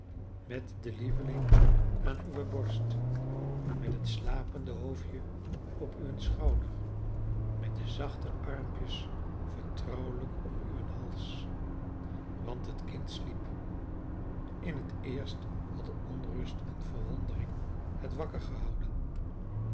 met den lieveling aan uwe borst met het slapende hoofdje op uwen schouder met de zachte armpjes vertrouwelijk om uwen hals want het kind sliep in het eerst hadden onrust en verwondering het wakker gehouden